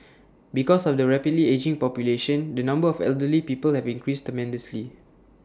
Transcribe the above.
because of the rapidly ageing population the number of elderly people have increased tremendously